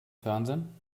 fernsehen